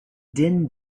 din